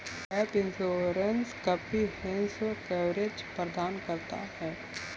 gap insurance comprehensive coverage प्रदान करता है